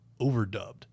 overdubbed